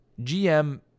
GM